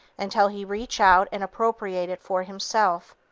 until he reach out and appropriate it for himself,